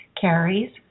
carries